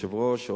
או ליושב-ראש,